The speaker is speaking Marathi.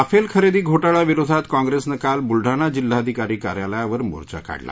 राफेल खरेदी घोटाळा विरोधात काँप्रेसनं काल ब्लडाणा जिल्हाधिकारी कार्यालयावर मोर्चा काढला